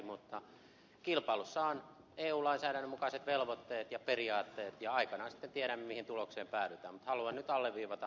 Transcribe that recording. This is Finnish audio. mutta kilpailussa on eu lainsäädännön mukaiset velvoitteet ja periaatteet ja aikanaan sitten tiedämme mihin tulokseen päädytään mutta haluan nyt alleviivata